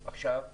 עכשיו,